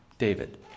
David